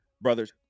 brothers